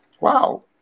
Wow